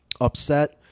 upset